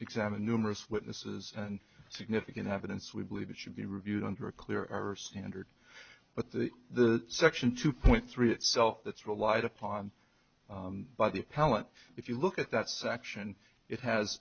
examined numerous witnesses and significant evidence we believe should be reviewed under a clear or standard but the section two point three itself that's relied upon by the appellant if you look at that section it has